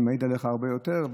אני מעיד עליך הרבה יותר.